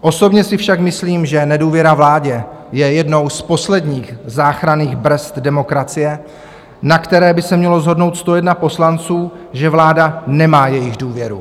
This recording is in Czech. Osobně si však myslím, že nedůvěra vládě je jednou z posledních záchranných brzd demokracie, na které by se mělo shodnout 101 poslanců, že vláda nemá jejich důvěru.